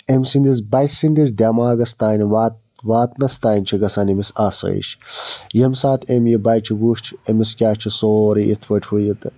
أمۍ سٕنٛدِس بَچہِ سٕنٛدِس دٮ۪ماغَس تانۍ وات واتنَس تانۍ چھِ گژھان أمِس آسٲیِش ییٚمہِ ساتہٕ أمۍ یہِ بَچہِ وُچھ أمِس کیٛاہ چھُ سورُے یِتھٕ پٲٹھۍ ہُو یہِ تہٕ